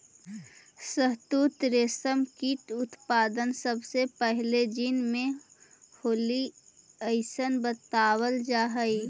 शहतूत रेशम कीट उत्पादन सबसे पहले चीन में होलइ अइसन बतावल जा हई